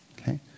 Okay